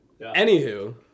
Anywho